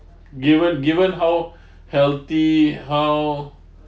given given how healthy how